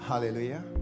Hallelujah